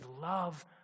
love